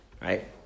Right